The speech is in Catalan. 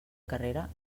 carrera